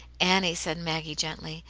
annie, said maggie, gently,